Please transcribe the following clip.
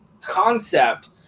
concept